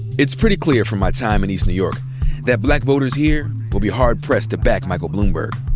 it's pretty clear from my time in east new york that black voters here will be hard-pressed to back michael bloomberg.